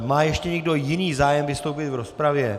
Má ještě někdo jiný zájem vystoupit v rozpravě?